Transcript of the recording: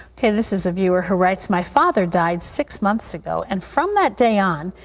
okay, this is a viewer who writes, my father died six months ago, and from that day on,